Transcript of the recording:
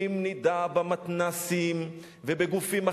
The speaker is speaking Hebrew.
אם נדע, במתנ"סים ובגופים אחרים,